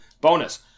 bonus